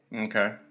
Okay